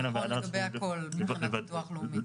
זה נכון לגבי הכול מבחינת ביטוח לאומי.